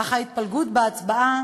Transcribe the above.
אך ההתפלגות בהצבעה